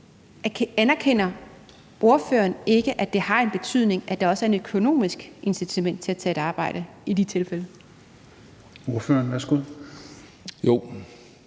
Anerkender ordføreren ikke, at det har en betydning, at der også er et økonomisk incitament til at tage et arbejde i de tilfælde?